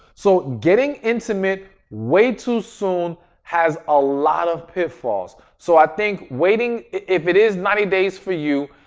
so, getting intimate way too soon has a lot of pitfalls. so, i think waiting, if it is ninety days for you,